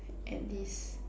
at least